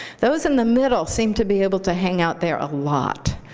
those in the middle seem to be able to hang out there a lot.